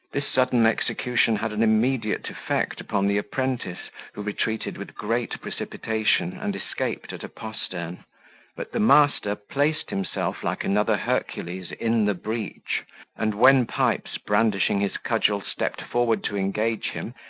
this sudden execution had an immediate effect upon the apprentice, who retreated with great precipitation, and escaped at a postern but the master placed himself, like another hercules, in the breach and when pipes, brandishing his cudgel, stepped forward to engage him,